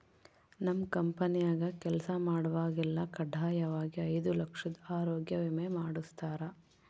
ನಮ್ ಕಂಪೆನ್ಯಾಗ ಕೆಲ್ಸ ಮಾಡ್ವಾಗೆಲ್ಲ ಖಡ್ಡಾಯಾಗಿ ಐದು ಲಕ್ಷುದ್ ಆರೋಗ್ಯ ವಿಮೆ ಮಾಡುಸ್ತಾರ